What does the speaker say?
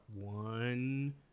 one